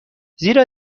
زیرا